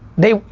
they,